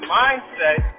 mindset